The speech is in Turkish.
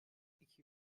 iki